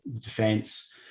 defense